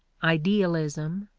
idealism,